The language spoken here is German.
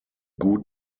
gut